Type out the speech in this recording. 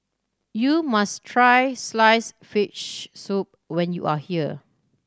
you must try sliced fish soup when you are here